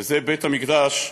שזה בית-המקדש,